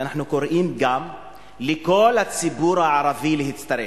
ואנחנו קוראים גם לכל הציבור הערבי להצטרף.